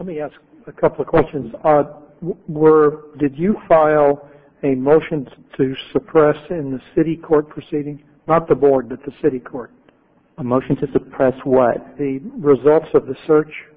let me ask a couple questions or did you file a motion to suppress in the city court proceeding not the board that the city court a motion to suppress what the results of the search